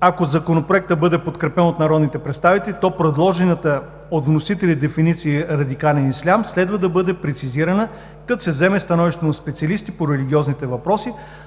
ако Законопроектът бъде подкрепен от народните представители, то предложената от вносителите дефиниция „радикален ислям“ следва да бъде прецизирана като се вземе становището на специалисти по религиозните въпроси,